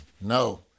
No